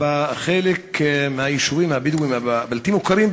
בחלק מהיישובים הבלתי-מוכרים,